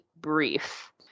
brief